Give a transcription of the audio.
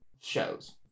shows